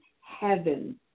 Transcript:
heaven